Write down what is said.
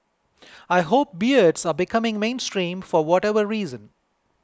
I hope beards are becoming mainstream for whatever reason